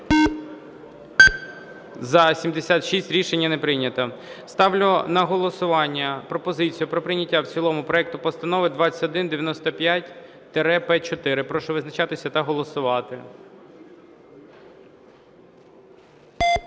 За-76 Рішення не прийнято. Ставлю на голосування пропозицію про прийняття в цілому проекту Постанови 2195-П4. Прошу визначатись та голосувати.